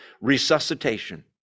Resuscitation